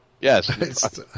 Yes